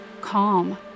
Calm